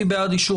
הצבעה אושר